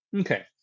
okay